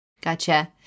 Gotcha